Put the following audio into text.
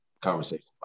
conversation